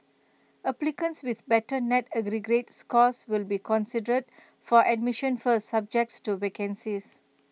applicants with better net aggregate scores will be considered for admission first subject to vacancies